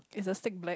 is the stick black